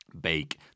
bake